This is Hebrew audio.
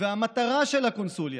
והמטרה של הקונסוליה,